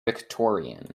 victorian